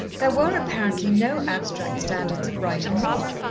there were apparently no abstract standards of right and wrong.